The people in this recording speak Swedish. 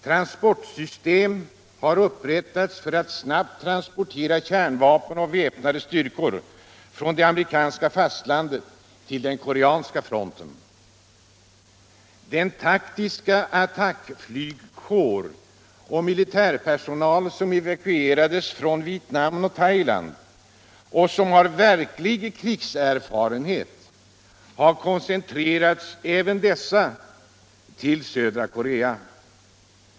Transportsystem har upprättats för att snabbt transportera kärnvapen och väpnade styrkor från det amerikanska fastlandet till den koreanska fronten. Den taktiska attackflygkår och militärpersonal som evakucrades från Vietnam och Thailand och som har ”verklig krigserfarenhet” har koncentrerats till södra Korea.